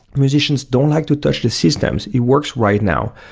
musicians don't like to touch the systems. it works right now.